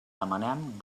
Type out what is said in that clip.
demanem